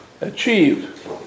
achieve